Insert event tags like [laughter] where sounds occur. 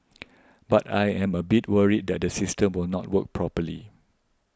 [noise] but I am a bit worried that the system will not work properly